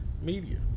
media